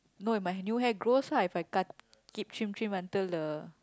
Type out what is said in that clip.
no if my new hair grows ah if I cut keep trim trim until the